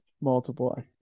multiply